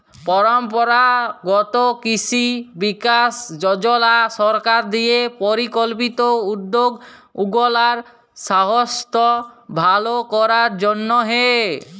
পরম্পরাগত কিসি বিকাস যজলা সরকার দিঁয়ে পরিকল্পিত উদ্যগ উগলার সাইস্থ্য ভাল করার জ্যনহে